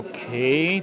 Okay